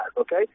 okay